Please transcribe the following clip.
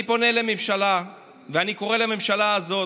אני פונה לממשלה ואני קורא לממשלה הזאת: